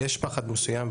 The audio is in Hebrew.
יש פחד מסוים,